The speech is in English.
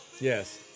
yes